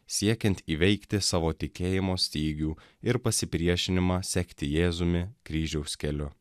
siekiant įveikti savo tikėjimo stygių ir pasipriešinimą sekti jėzumi kryžiaus keliu